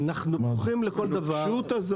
הנוקשות הזאת --- אנחנו פתוחים לכל דבר,